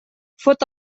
fot